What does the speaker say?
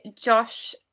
Josh